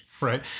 right